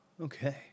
okay